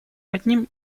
одним